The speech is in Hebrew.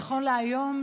נכון להיום,